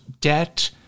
debt